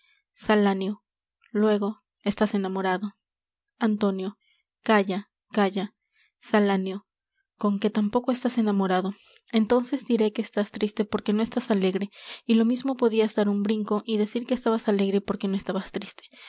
salanio luego estás enamorado antonio calla calla salanio conque tampoco estás enamorado entonces diré que estás triste porque no estás alegre y lo mismo podias dar un brinco y decir que estabas alegre porque no estabas triste